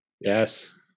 Yes